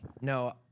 No